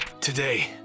Today